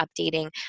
updating